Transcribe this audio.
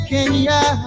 Kenya